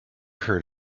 heard